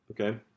Okay